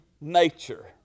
nature